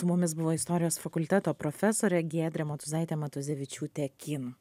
su mumis buvo istorijos fakulteto profesorė giedrė motuzaitė matuzevičiūtė kim